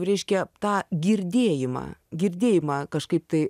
reiškia tą girdėjimą girdėjimą kažkaip tai